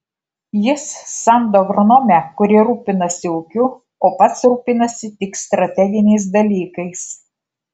jis samdo agronomę kuri rūpinasi ūkiu o pats rūpinasi tik strateginiais dalykais